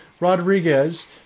Rodriguez